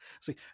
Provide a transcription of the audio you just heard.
see